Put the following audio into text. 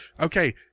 Okay